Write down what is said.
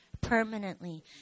permanently